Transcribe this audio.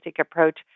approach